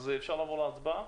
אז אפשר עבור להצבעה?